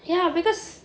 ya because